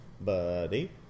Buddy